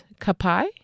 Kapai